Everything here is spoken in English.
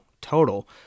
total